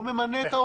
הוא ממנה.